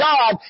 God